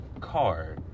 car